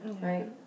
Right